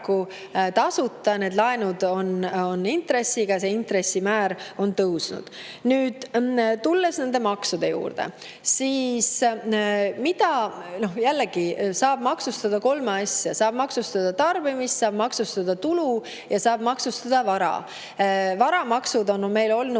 tasuta, laenud on intressiga ja intressimäär on tõusnud. Nüüd tulen maksude juurde. Jällegi, maksustada saab kolme asja: saab maksustada tarbimist, saab maksustada tulu ja saab maksustada vara. Varamaksud on meil olnud